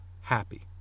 happy